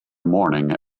morning